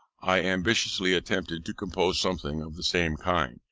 i ambitiously attempted to compose something of the same kind,